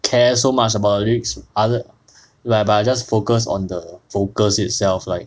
care so much about the lyrics othe~ like but I just focus on the vocals itself like